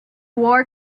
war